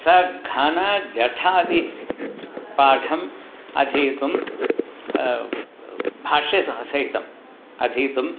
सघनजटादिपाठम् अधीतुं भाष्यस सहितम् अधीतुम्